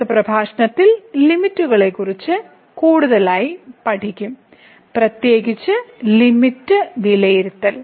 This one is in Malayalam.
അടുത്ത പ്രഭാഷണത്തിൽ ലിമിറ്റുകളെക്കുറിച്ച് കൂടുതലായി പഠിക്കും പ്രത്യേകിച്ചും ലിമിറ്റ് വിലയിരുത്തൽ